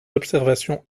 observations